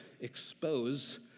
expose